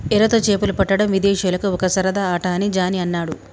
ఎరతో చేపలు పట్టడం విదేశీయులకు ఒక సరదా ఆట అని జానీ అన్నాడు